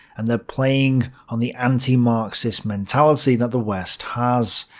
and they're playing on the anti-marxist mentality that the west has.